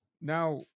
now